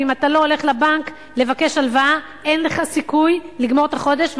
ואם אתה לא הולך לבנק לבקש הלוואה אין לך סיכוי לגמור את החודש.